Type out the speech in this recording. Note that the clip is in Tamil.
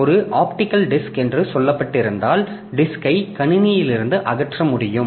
எனவே ஒரு ஆப்டிகல் டிஸ்க் என்று சொல்லப்பட்டிருந்தால் டிஸ்க் ஐ கணினியிலிருந்து அகற்ற முடியும்